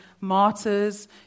martyrs